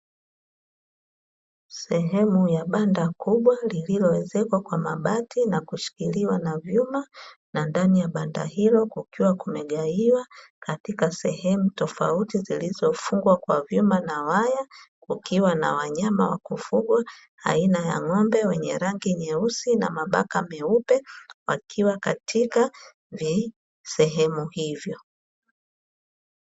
Sehemu ya banda kubwa lililoezekwa na mabati na kushikiliwa na vyuma na ndani ya banda hilo kukikwa kumegaiwa katika sehemu tofauti, zilizofungwa kwa vyuma na waya kukiwa na wanyama wa kufugwa aina ya ng'ombe wenye rangi nyeusi na mabaka meupe wakiwa katika visehemu hivyo.